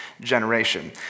generation